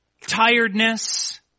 tiredness